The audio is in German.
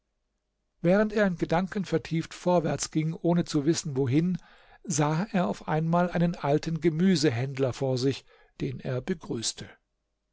während er in gedanken vertieft vorwärts ging ohne zu wissen wohin sah er auf einmal einen alten gemüsehändler vor sich den er begrüßte